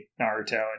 naruto